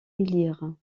élire